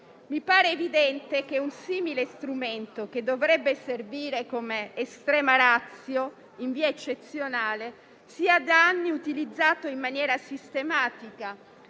Mi pare evidente che un simile strumento, che dovrebbe servire come *extrema ratio* e in via eccezionale, sia da anni utilizzato in maniera sistematica,